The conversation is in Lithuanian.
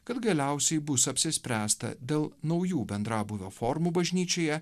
kad galiausiai bus apsispręsta dėl naujų bendrabūvio formų bažnyčioje